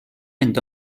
end